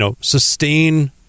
sustain